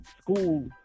School